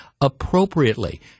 appropriately